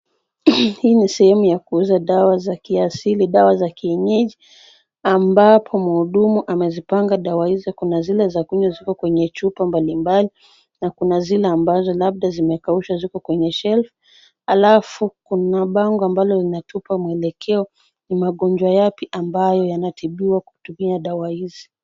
Hii ni sehemu ya kuuza dawa za kiasili, dawa za kienyeji ambapo mhudumu amezipanga dawa hizo. Kuna zile za kunywa ziko kwenye chupa mbalimbali na kuna zile ambazo labda zimekaushwa ziko kwenye shelf , alafu kuna bango ambalo linatupa mwelekeo ni magonjwa yapi ambayo yanatibiwa kutumia dawa hizi.